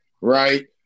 Right